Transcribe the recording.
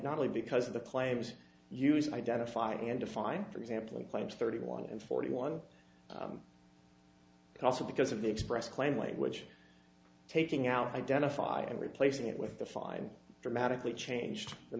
not only because of the claims used identified and defined for example in claims thirty one and forty one also because of the express claim language taking out identified and replacing it with the fine dramatically changed the